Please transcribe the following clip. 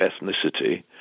ethnicity